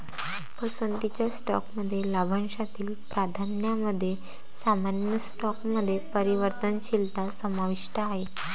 पसंतीच्या स्टॉकमध्ये लाभांशातील प्राधान्यामध्ये सामान्य स्टॉकमध्ये परिवर्तनशीलता समाविष्ट आहे